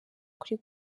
kuri